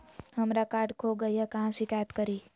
हमरा कार्ड खो गई है, कहाँ शिकायत करी?